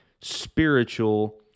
spiritual